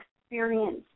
experience